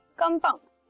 compounds